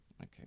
okay